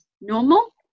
normal